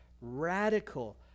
radical